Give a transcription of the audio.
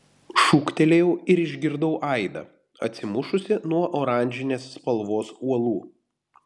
šūktelėjau ir išgirdau aidą atsimušusį nuo oranžinės spalvos uolų